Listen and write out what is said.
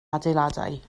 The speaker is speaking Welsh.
adeiladau